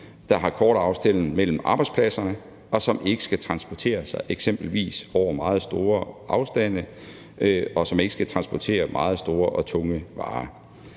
der har korte afstande mellem arbejdspladserne og ikke skal transportere sig eksempelvis over meget store afstande, og som ikke skal transportere meget store og tunge varer.